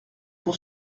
pour